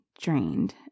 drained